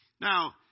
Now